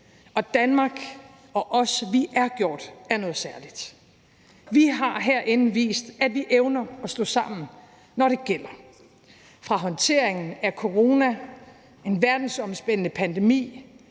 og Danmark og vi er gjort af noget særligt. Vi har herinde vist, at vi evner at stå sammen, når det gælder, fra håndteringen af corona, en verdensomspændende pandemi,